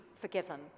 forgiven